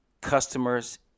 customers